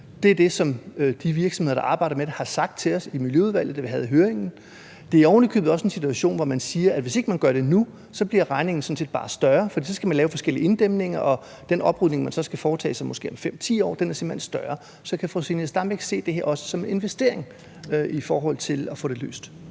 det er det, som de virksomheder, der arbejder med det, har sagt til os i Miljøudvalget, da vi havde høringen. Det er ovenikøbet også en situation, hvor man siger, at hvis ikke man gør det nu, bliver regningen sådan set bare større, for så skal man lave forskellige inddæmninger, og den oprydning, som man skal foretage om måske 5 eller 10 år, er simpelt hen større. Så kan fru Zenia Stampe ikke se det her også som en investering i forhold til at få det løst?